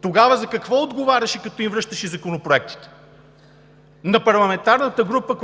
Тогава за какво отговаряше, като им връщаше законопроектите – на парламентарната група,